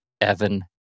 Evan